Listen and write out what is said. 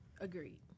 Agreed